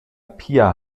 pia